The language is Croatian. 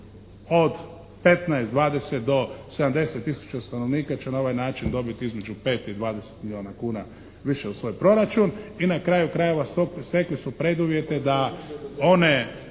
od 15, 20 do 70 tisuća stanovnika će na ovaj način dobiti između 5 i 20 milijuna kuna više u svoj proračun. I na kraju krajeva, stekli su preduvjete da one